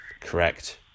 Correct